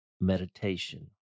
meditation